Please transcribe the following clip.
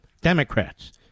Democrats